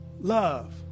love